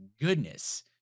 goodness